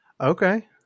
Okay